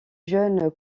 jeune